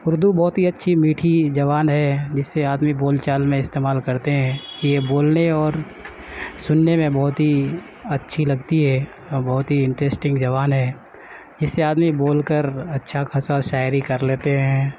اردو بہت ہی اچھی میٹھی زبان ہے جسے آدمی بول چال میں استعمال کرتے ہیں یہ بولنے اور سننے میں بہت ہی اچھی لگتی ہے اور بہت ہی انٹرسٹنگ زبان ہے جسے آدمی بول کر اچھا خاصا شاعری کر لیتے ہیں